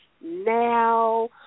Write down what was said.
now